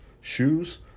shoes